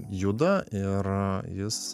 juda ir jis